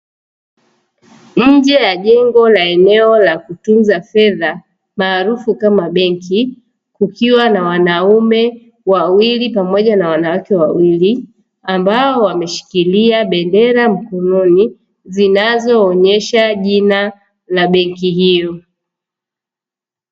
Nje ya jengo la eneo la kutunza fedha maarufu kama benki kukiwa na wanaume wawili pamoja na wanawake wawili, ambao wameshikilia bendera mkononi zinazoonyesha jina la benki hiyo.